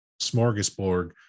smorgasbord